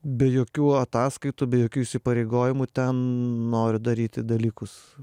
be jokių ataskaitų be jokių įsipareigojimų ten noriu daryti dalykus